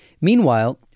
Meanwhile